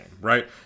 right